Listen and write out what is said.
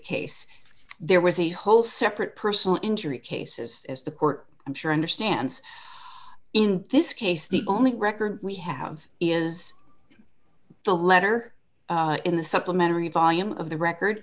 case there was a whole separate personal injury cases as the court i'm sure understands in this case the only record we have is the letter in the supplementary volume of the record